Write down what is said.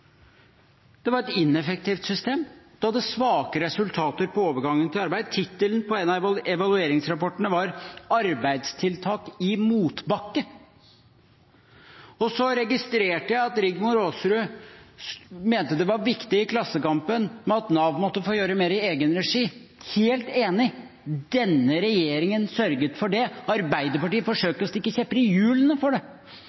Det var et ineffektivt system. Man hadde svake resultater på overgangen til arbeid. Tittelen på en av evalueringsrapportene var «Arbeidsmarkedstiltak i motbakke». Så registrerte jeg at Rigmor Aasrud i Klassekampen mente det var viktig at Nav måtte få gjøre mer i egen regi. Jeg er helt enig. Denne regjeringen sørget for det. Arbeiderpartiet